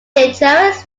eucharist